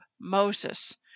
Moses